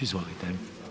Izvolite.